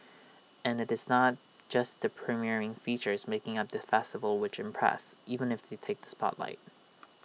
and IT is not just the premiering features making up the festival which impress even if they takes the spotlight